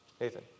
Nathan